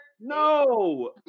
No